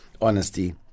honesty